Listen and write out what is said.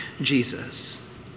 Jesus